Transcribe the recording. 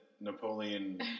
Napoleon